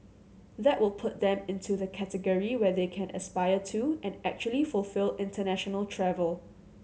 that will put them into the category where they can aspire to and actually fulfil international travel